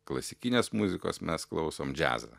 klasikinės muzikos mes klausom džiazą